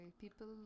people